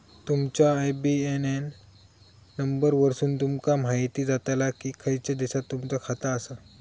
तुमच्या IBAN number वरसुन तुमका म्हायती जाताला की खयच्या देशात तुमचा खाता आसा